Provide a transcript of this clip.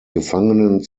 gefangenen